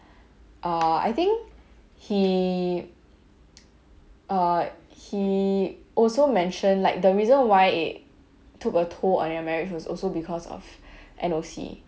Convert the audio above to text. ah I think he uh he also mention like the reason why it took a toll on your marriage was also because of N_O_C